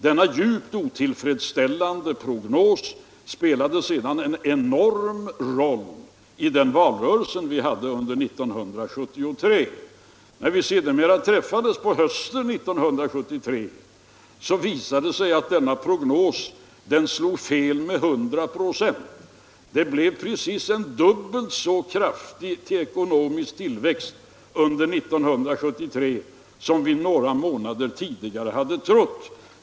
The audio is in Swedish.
Denna djupt otillfredsställande prognos spelade sedan en enorm roll i den valrörelse vi hade under 1973. När vi sedermera träffades på hösten 1973 visade det sig att prognosen slog fel med 100 96. Den ekonomiska tillväxten under år 1972 blev precis dubbelt så stark som vi några månader tidigare hade trott.